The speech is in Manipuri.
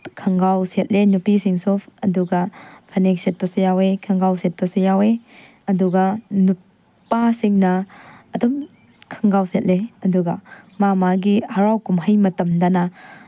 ꯈꯣꯡꯒ꯭ꯔꯥꯎ ꯁꯦꯠꯂꯦ ꯅꯨꯄꯤꯁꯤꯡꯁꯨ ꯑꯗꯨꯒ ꯐꯅꯦꯛ ꯁꯦꯠꯄꯁꯨ ꯌꯥꯎꯑꯦ ꯈꯣꯡꯒ꯭ꯔꯥꯎ ꯁꯦꯠꯄꯁꯨ ꯌꯥꯎꯑꯦ ꯑꯗꯨꯒ ꯅꯨꯄꯥꯁꯤꯡꯅ ꯑꯗꯨꯝ ꯈꯣꯡꯒ꯭ꯔꯥꯎ ꯁꯦꯠꯂꯦ ꯑꯗꯨꯒ ꯃꯥ ꯃꯥꯒꯤ ꯍꯔꯥꯎ ꯀꯨꯝꯍꯩ ꯃꯇꯝꯗꯅ